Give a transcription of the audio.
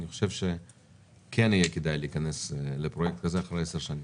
אני חושב כן יהיה כדאי להיכנס לפרויקט כזה אחרי 10 שנים,